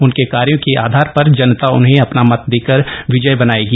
उनके कार्यो के आधर पर जनता उन्हें अपना मत देकर विजयी बनाएगी